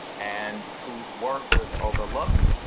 and whose work was overlooked,